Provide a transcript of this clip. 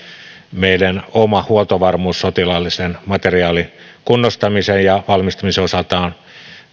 meidän oma huoltovarmuutemme sotilaallisen materiaalin kunnostamisen ja valmistamisen osalta on